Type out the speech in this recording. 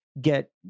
get